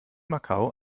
macau